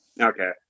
Okay